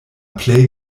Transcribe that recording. plej